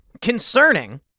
Concerning